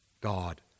God